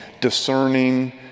discerning